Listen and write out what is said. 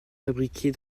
fabriqués